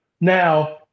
Now